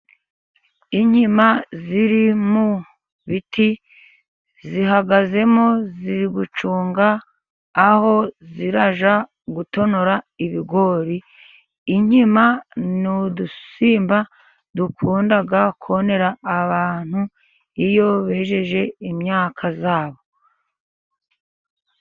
Inkima ziri mu biti zihagazemo ziri gucunga aho zirajya gutonora ibigori. Inkima ni udusimba dukunda konera abantu iyo bejeje imyaka yabo.